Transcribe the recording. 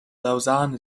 lausanne